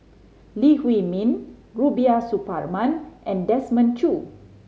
Lee Huei Min Rubiah Suparman and Desmond Choo